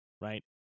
right